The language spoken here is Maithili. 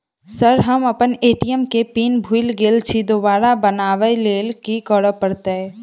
सर हम अप्पन ए.टी.एम केँ पिन भूल गेल छी दोबारा बनाबै लेल की करऽ परतै?